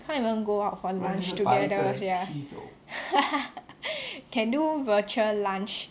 can't even go out for lunch together sia can do virtual lunch